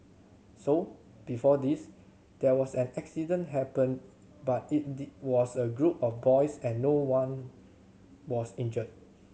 so before this there was an accident happened but it was a group of boys and no one was injured